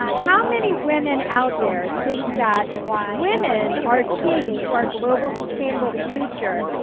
how many women out there think that women are key to our global sustainable future?